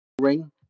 ring